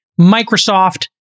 Microsoft